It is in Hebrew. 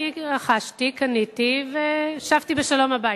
אני רכשתי, קניתי, ושבתי בשלום הביתה.